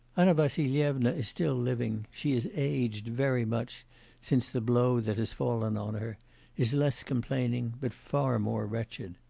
anna vassilyevna is still living she has aged very much since the blow that has fallen on her is less complaining, but far more wretched.